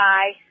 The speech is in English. Bye